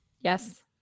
Yes